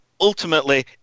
ultimately